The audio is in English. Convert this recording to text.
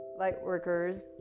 Lightworkers